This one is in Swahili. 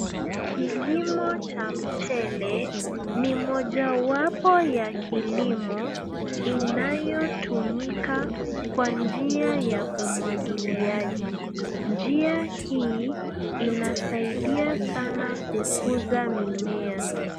Kilimo cha mchele ni mojawapo ya kilimo inayotumika kwa njia ya umwagiliaji. Njia hii inasaidia sana kukuza mimea.